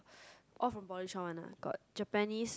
all for body shower one got Japanese